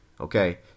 okay